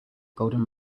golden